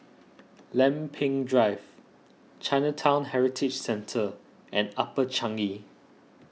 Lempeng Drive Chinatown Heritage Centre and Upper Changi